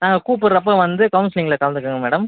நாங்கள் கூப்புடுறப்ப வந்து கவுன்சிலிங்கில் கலந்துக்கோங்க மேடம்